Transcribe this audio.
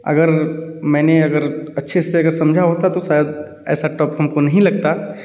अगर मैंने अगर अच्छे से अगर समझा होता तो शायद ऐसा टफ हमको नहीं लगता